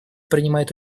принимает